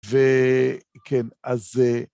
וכן, אז...